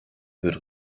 wird